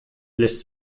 lässt